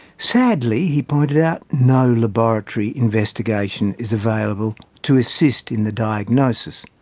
sadly, he pointed out, no laboratory investigation is available to assist in the diagnosis.